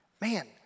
Man